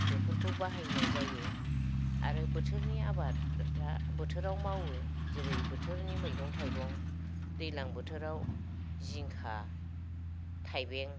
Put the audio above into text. बेफोरखौ बाहायनाय जायो आरो बोथोरनि आबाद दा बोथोराव मावो जेरै बोथोरनि मैगं थाइगं दैलां बोथोराव जिंखा थायबें